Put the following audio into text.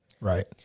right